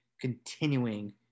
continuing